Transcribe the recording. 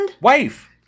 Wife